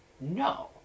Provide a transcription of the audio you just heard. no